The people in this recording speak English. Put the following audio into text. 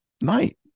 night